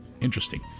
Interesting